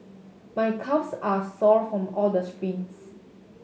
my calves are sore from all the sprints